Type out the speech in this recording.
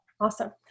Awesome